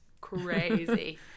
crazy